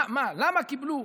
מה, למה קיבלו?